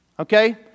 Okay